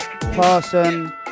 Parson